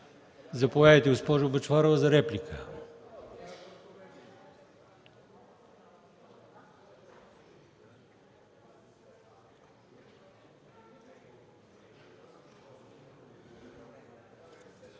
Заповядайте, госпожо Бъчварова, за реплика.